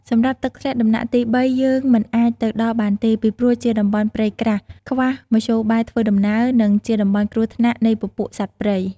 សម្រាប់ទឹកធ្លាក់ដំណាក់ទី៣ យើងមិនអាចទៅដល់បានទេ ពីព្រោះជាតំបន់ព្រៃក្រាស់ ខ្វះមធ្យោបាយធ្វើដំណើរ និង ជាតំបន់គ្រោះថ្នាក់នៃពពួកសត្វព្រៃ។